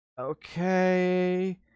okay